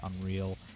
unreal